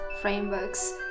frameworks